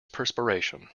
perspiration